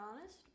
honest